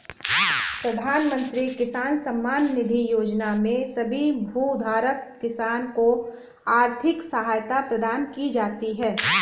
प्रधानमंत्री किसान सम्मान निधि योजना में सभी भूधारक किसान को आर्थिक सहायता प्रदान की जाती है